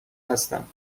هستم